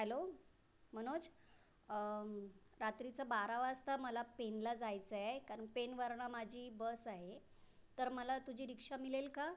hello Manoj रात्रीचं बारा वाजता मला पेनला जायचं आहे कारण पेनवरनं माझी बस आहे तर मला तुझी रिक्षा मिळेल का